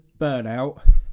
burnout